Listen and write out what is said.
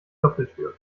doppeltür